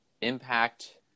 impact